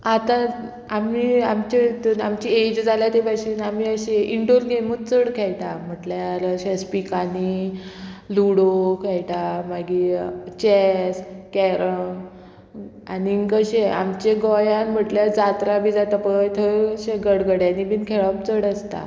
आतां आमी आमचे हितून आमची एज जाल्या ते भाशेन आमी अशे इनडोर गेमूच चड खेळटा म्हटल्यार शेजिकांनी लुडो खेळटा मागीर चॅस कॅरम आनीक अशे आमचे गोंयान म्हटल्यार जात्रा बी जाता पळय थंय अशे गडगड्यांनी बीन खेळप चड आसता